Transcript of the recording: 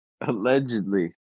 allegedly